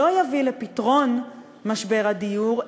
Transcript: שלא יביא לפתרון משבר הדיור,